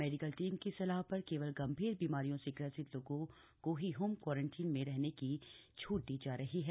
medical team की सलाह पर केवल गम्भीर बीमारियों से ग्रसित लोगों को ही होम क्वांरटाइन में रहने की छूट दी जा रही है